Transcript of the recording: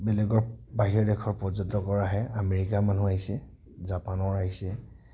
বেলেগৰ বাহিৰা দেশৰ পৰ্যটক আহে আমেৰিকাৰ মানুহ আহিছে জাপানৰ আহিছে